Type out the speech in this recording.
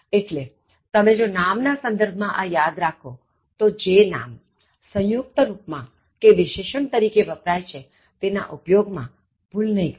એટલેજો તમે નામ ના સંદર્ભ માં આ યાદ રાખોતો જે નામ સંયુક્ત રુપમાં કે વિશેષણ તરીકે વપરાય છેતેના ઉપયોગ માં ભૂલ નહિ કરો